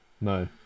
No